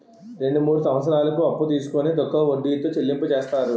రెండు మూడు సంవత్సరాలకు అప్పు తీసుకొని తక్కువ వడ్డీతో చెల్లింపు చేస్తారు